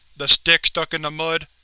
the stick stuck in the mud?